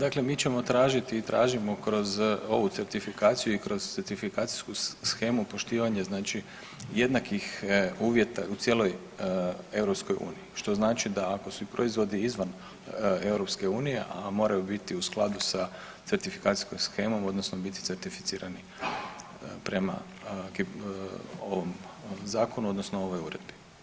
Pa dakle mi ćemo tražiti i tražimo kroz ovu certifikaciju i kroz certifikacijsku shemu poštivanje jednakih uvjeta u cijeloj EU, što znači da ako su proizvodi izvan EU, a moraju biti u skladu sa certifikacijskom shemom odnosno biti certificirani prema zakonu odnosno ovoj uredbi.